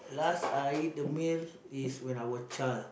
last I eat the meal is when I was child lah